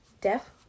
deaf